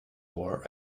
war